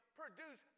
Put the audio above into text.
produce